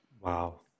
Wow